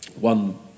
One